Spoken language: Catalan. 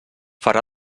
farà